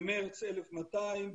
במרץ 1,200,